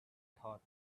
thought